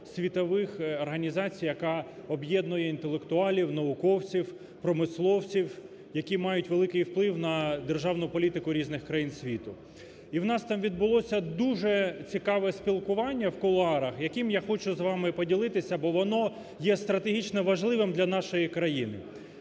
світових організацій, яка об'єднує інтелектуалів, науковців, промисловців, які мають великий вплив на державну політику різних країн світу. І у нас там відбулося дуже цікаве спілкування в кулуарах, яким я хочу з вами поділитися, бо воно є стратегічно важливим для нашої країни.